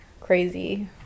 crazy